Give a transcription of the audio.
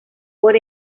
por